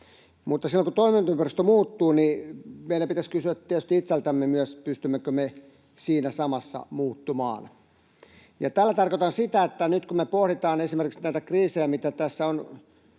mutta silloin kun toimintaympäristö muuttuu, niin meidän pitäisi kysyä tietysti itseltämme myös, pystymmekö me siinä samassa muuttumaan. Tällä tarkoitan sitä, että nyt kun me pohditaan esimerkiksi näitä kriisejä, joita tässä on